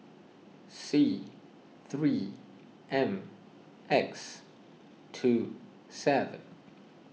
C three M X two seven